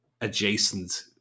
adjacent